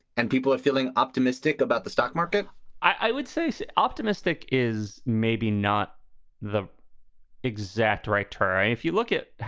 and people are feeling optimistic about the stock market i would say say optimistic is maybe not the exact right time. if you look at,